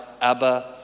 Abba